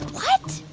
what?